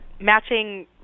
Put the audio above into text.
matching